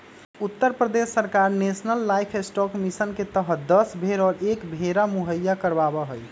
उत्तर प्रदेश सरकार national livestock mission के तहद दस भेंड़ और एक भेंड़ा मुहैया करवावा हई